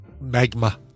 magma